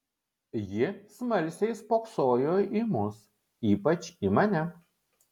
ji smalsiai spoksojo į mus ypač į mane